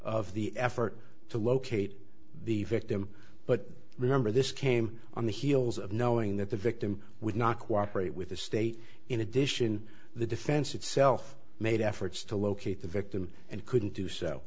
of the effort to locate the victim but remember this came on the heels of knowing that the victim would not cooperate with the state in addition the defense itself made efforts to locate the victim and couldn't do so